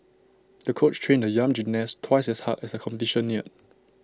the coach trained the young gymnast twice as hard as A competition neared